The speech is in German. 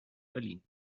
berlin